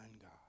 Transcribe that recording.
God